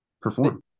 perform